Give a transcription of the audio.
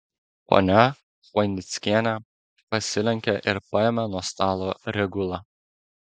ponia chvainickienė pasilenkė ir paėmė nuo stalo regulą